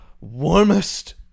Warmest